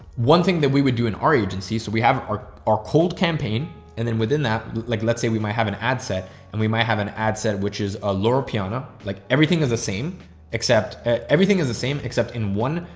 one thing that we would do in our agency, so we have our, our cold campaign and then within that, like let's say we might have an ad set and we might have an ad set, which is a laura piano. like everything is the same except everything is the same except in one.